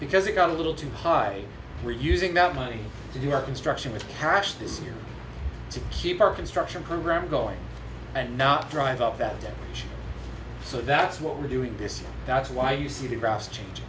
because it got a little too high we're using that money to do our construction with cash this year to keep our construction program going and not drive up that debt so that's what we're doing this that's why you see the graph chang